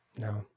No